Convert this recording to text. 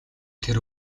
тэр